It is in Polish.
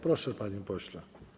Proszę, panie pośle.